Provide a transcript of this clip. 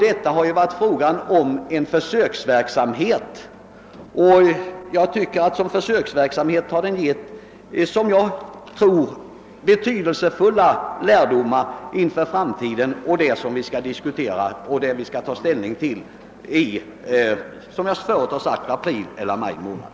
Det har också varit fråga om en försöksverksamhet, och jag tycker att denna givit betydelsefulla lärdomar inför framtiden. Vi skall ju, som jag förut sagt, diskutera och ta ställning till dessa frågor i april eller maj månad.